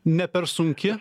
ne per sunki